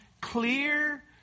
clear